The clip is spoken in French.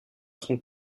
son